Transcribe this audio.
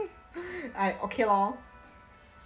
I okay lor